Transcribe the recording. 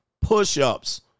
push-ups